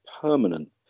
permanent